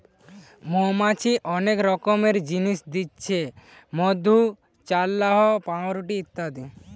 মৌমাছি অনেক রকমের জিনিস দিচ্ছে মধু, চাল্লাহ, পাউরুটি ইত্যাদি